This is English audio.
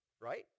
Right